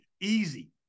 easy